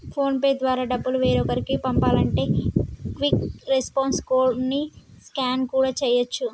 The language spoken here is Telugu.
ఫోన్ పే ద్వారా డబ్బులు వేరొకరికి పంపాలంటే క్విక్ రెస్పాన్స్ కోడ్ ని స్కాన్ కూడా చేయచ్చు